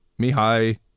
Mihai